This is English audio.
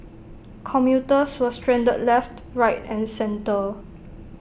commuters were stranded left right and centre